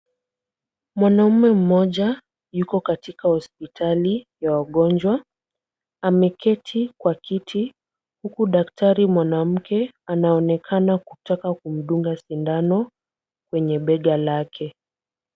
Mwanamume mmoja yuko katika hospitali ya wagonjwa. Ameketi kwa kiti huku daktari mwanamke anaonekana kutaka kumdunga sindano kwenye bega lake.